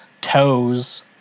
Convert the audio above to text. toes